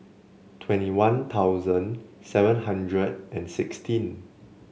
twenty One Thousand seven hundred and sixteen